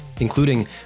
including